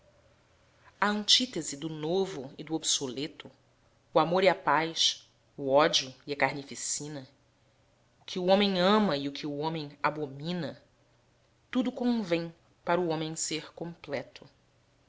a antítese do novo e do obsoleto o amor e a paz o ódio e a carnificina o que o homem ama e o que o homem abomina tudo convém para o homem ser completo